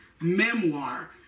memoir